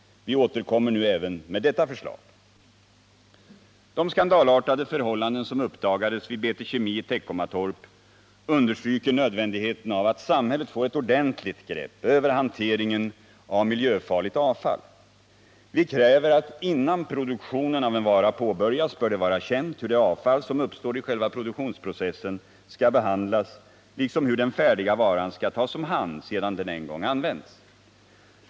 Vi återkommer nu även med detta förslag. De skandalartade förhållanden som uppdagades vid BT Kemi i Teckomatorp understryker nödvändigheten av att samhället får ett ordentligt grepp över hanteringen av miljöfarligt avfall. Vi kräver att innan produktionen av en vara påbörjas bör det vara känt hur det avfall som uppstår i själva produktionsprocessen skall behandlas, liksom hur den färdiga varan skall tas om hand, sedan den en gång använts.